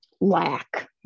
lack